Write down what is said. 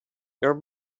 your